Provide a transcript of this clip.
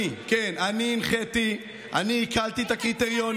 אני, כן, אני, הנחיתי, אני הקלתי את הקריטריונים.